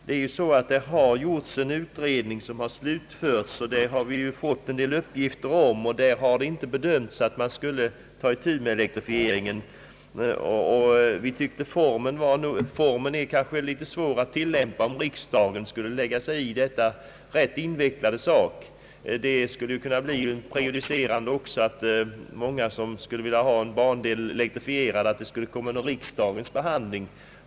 Vi har fått ta del av uppgifter från en utredning som gjorts, och därav framgår att utredningsmännen inte ansett att man borde ta itu med elektrifiering. Vi finner det inte vara en lämplig form för agerande i denna rätt invecklade sak att riksdagen skulle lägga sig i de överväganden som sker. Ett bifall till motionerna skulle också bli prejudicerande. Många som önskar en bandel elektrifierad skulle vilja se att den frågan kom under riksdagens behandling.